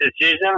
decision